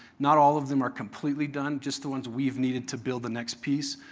not all of them are completely done, just the ones we've needed to build the next piece.